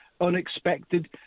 unexpected